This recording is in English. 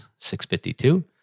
652